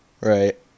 Right